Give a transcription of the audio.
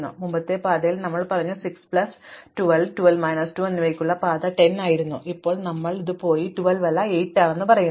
അതിനാൽ മുമ്പത്തെ പാതയിൽ ഞങ്ങൾ പറഞ്ഞു 6 പ്ലസ് 12 12 മൈനസ് 2 എന്നിവയ്ക്കുള്ള പാത 10 ആയിരുന്നു ഇപ്പോൾ ഞങ്ങൾ ഇത് പോയി 12 അല്ല 8 ആണെന്ന് പറഞ്ഞു